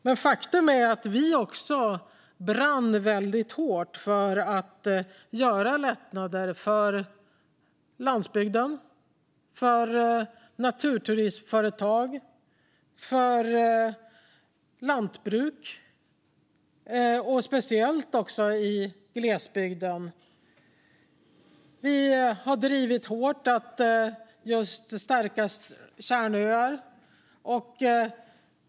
Men faktum är att också vi brann starkt för att göra lättnader för landsbygden, för naturturismföretag och för lantbruk, speciellt i glesbygden. Vi har drivit hårt att just stärka kärnöar.